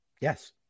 Yes